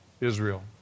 Israel